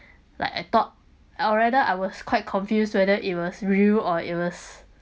like I thought I'd rather I was quite confused whether it was real or it was